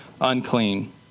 unclean